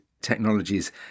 technologies